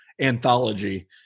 anthology